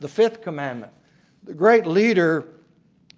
the fifth commandment the great leader